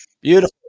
Beautiful